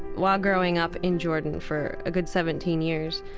while growing up in jordan for a good seventeen years,